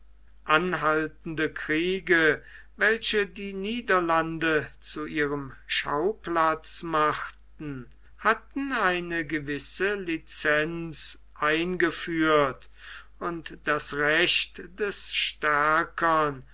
anhaltende kriege welche die niederlande zu ihrem schauplatz machten hatten eine gewisse licenz eingeführt und das recht der stärkern